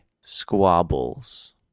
Squabbles